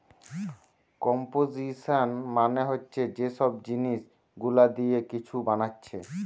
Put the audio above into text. composition মানে হচ্ছে যে সব জিনিস গুলা দিয়ে কিছু বানাচ্ছে